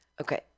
okay